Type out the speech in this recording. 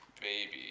baby